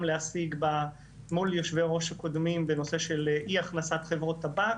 להשיג מול יושבי הראש הקודמים בנושא של אי הכנסת חברות טבק.